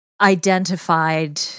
identified